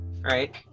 Right